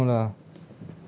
I don't know lah